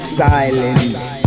silence